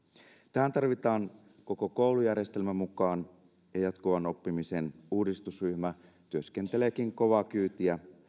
tähän tarvitaan koko koulujärjestelmä mukaan ja jatkuvan oppimisen uudistusryhmä työskenteleekin kovaa kyytiä